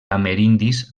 amerindis